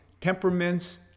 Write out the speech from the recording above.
temperaments